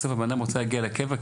אותו אדם רוצה להגיע לקבר,